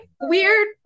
weird